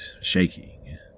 shaking